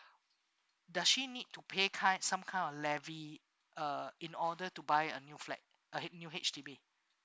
does she need to pay kind some kind of levy uh in order to buy a new flat uh new H_D_B